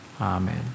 Amen